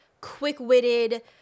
quick-witted